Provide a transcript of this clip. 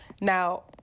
Now